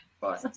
Bye